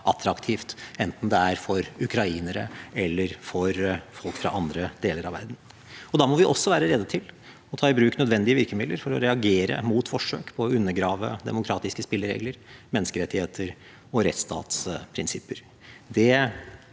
enten det er for ukrainere eller for folk fra andre deler av verden. Da må vi også være rede til å ta i bruk nødvendige virkemidler for å reagere mot forsøk på å undergrave demokratiske spilleregler, menneskerettigheter og rettsstatsprinsipper.